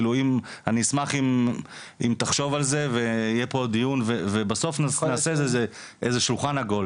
אני אשמח אם תחשוב על זה ויהיה פה עוד דיון ובסוף נעשה איזה שולחן עגול